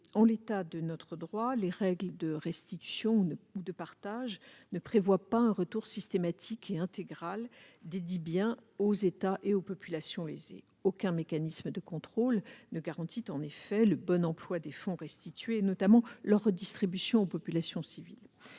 En l'état de notre droit, les règles de restitution ou de partage ne prévoient pas un retour systématique et intégral de ces biens aux États et populations lésés. En effet, aucun mécanisme de contrôle ne garantit le bon emploi des fonds restitués, notamment leur redistribution aux populations civiles.